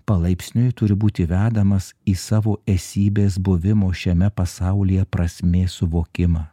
palaipsniui turi būti vedamas į savo esybės buvimo šiame pasaulyje prasmės suvokimą